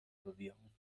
bewirken